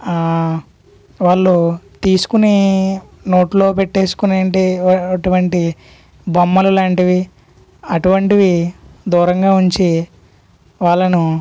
వాళ్ళు తీసుకుని నోట్లో పెట్టుకొని ఏంటి అటువంటి బొమ్మలు లాంటివి అటువంటివి దూరంగా ఉంచి వాళ్ళను